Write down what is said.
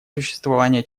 существования